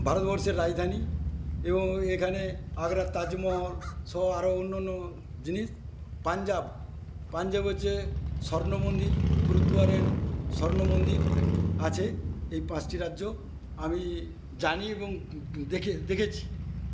ভারতবর্ষের রাজধানী এবং এখানে আগ্রার তাজমহল সব আরও অন্য অন্য জিনিস পাঞ্জাব পাঞ্জাবের যে স্বর্ণমন্দির গুরুদ্বারের স্বর্ণমন্দির আছে এই পাঁচটি রাজ্য আমি জানি এবং দেখে দেখেছি